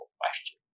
question